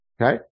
okay